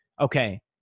Okay